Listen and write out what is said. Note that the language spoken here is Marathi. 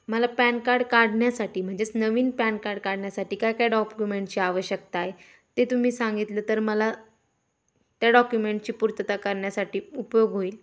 मला पॅन कार्ड काढण्यासाठी म्हणजेच नवीन पॅन कार्ड काढण्यासाठी काय काय डॉक्युमेंटची आवश्यकता आहे ते तुम्ही सांगितलं तर मला त्या डॉक्युमेंटची पूर्तता करण्यासाठी उपयोग होईल